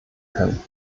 können